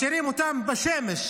משאירים אותם בשמש,